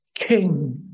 King